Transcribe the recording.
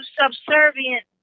subservient